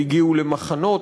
והגיעו למחנות.